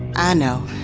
i know.